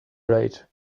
rage